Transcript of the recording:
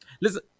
Listen